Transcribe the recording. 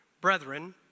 brethren